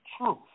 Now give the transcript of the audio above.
truth